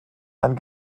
ein